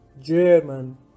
German